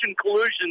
collusion